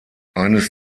eines